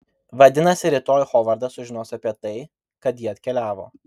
vadinasi rytoj hovardas sužinos apie tai kad ji atkeliavo